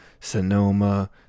Sonoma